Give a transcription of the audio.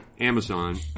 Amazon